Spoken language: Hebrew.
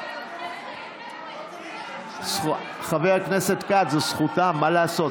לא צריך שמית, חבר הכנסת כץ, זו זכותם, מה לעשות.